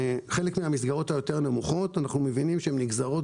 חלק מן המסגרות היותר נמוכות אנחנו מבינים שנגזרות